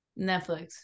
Netflix